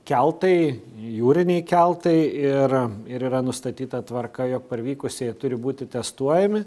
keltai jūriniai keltai ir ir yra nustatyta tvarka jog parvykusieji turi būti testuojami